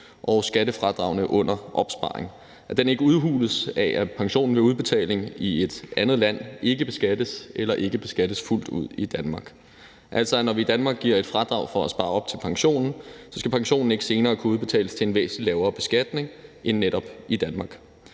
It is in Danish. at skattefradraget under opsparing ikke udhules af, at pensionen ved udbetaling i et andet land ikke beskattes eller ikke beskattes fuldt ud i Danmark. Altså, når vi i Danmark giver et fradrag for at spare op til pensionen, skal pensionen ikke senere kunne udbetales til en væsentlig lavere beskatning end i netop Danmark,